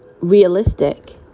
realistic